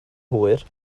hwyr